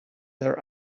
their